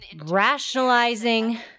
rationalizing